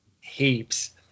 Heaps